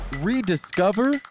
rediscover